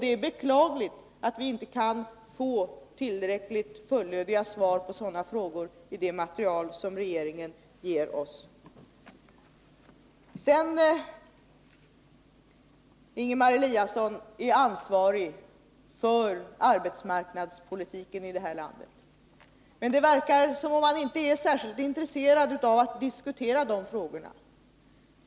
Det är beklagligt att vi inte kan få tillräckligt fullödiga svar på sådana frågor i det material som regeringen ger oss. Ingemar Eliasson är ansvarig för arbetsmarknadspolitiken i det här landet, men det verkar som om han inte är särskilt intresserad av att diskutera de frågorna.